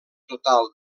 total